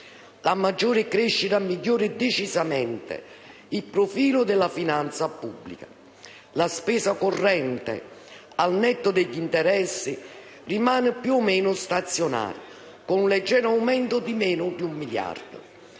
La maggiore crescita migliora decisamente il profilo della finanza pubblica. La spesa corrente, al netto degli interessi, rimane più o meno stazionaria, con un leggero aumento di meno di un miliardo.